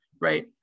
right